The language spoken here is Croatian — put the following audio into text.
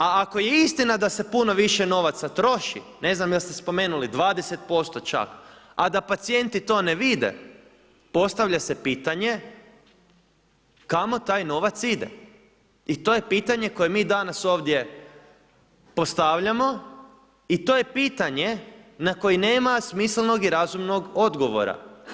A ako je istina da se puno više novaca troši, ne znam jel ste spomenuli 20% čak, a da pacijenti to ne vide, postavlja se pitanje, kamo taj novac ide i to je pitanje koje mi danas ovdje postavljamo it o je pitanje na koji nema smislenog i razumnog odgovora.